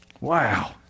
Wow